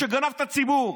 שגנב את הציבור.